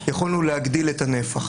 יכולנו להגדיל את הנפח.